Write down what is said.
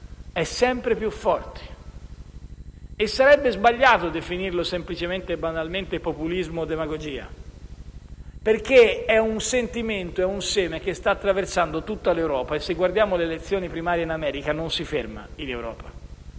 è sempre più forte e che sarebbe sbagliato definirlo semplicemente e banalmente populismo o demagogia, perché si tratta di un sentimento, un seme che sta attraversando tutta Europa e, se guardiamo le elezioni primarie in America, non si ferma in Europa: